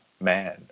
man